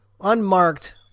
unmarked